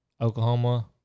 Oklahoma